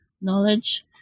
knowledge